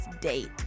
Date